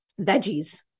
veggies